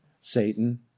Satan